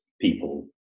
people